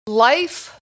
Life